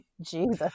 Jesus